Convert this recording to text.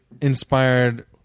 inspired